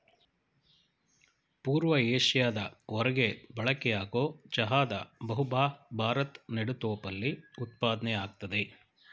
ಪೂರ್ವ ಏಷ್ಯಾದ ಹೊರ್ಗೆ ಬಳಕೆಯಾಗೊ ಚಹಾದ ಬಹುಭಾ ಭಾರದ್ ನೆಡುತೋಪಲ್ಲಿ ಉತ್ಪಾದ್ನೆ ಆಗ್ತದೆ